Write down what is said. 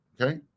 Okay